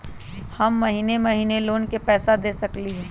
हम महिने महिने लोन के पैसा दे सकली ह?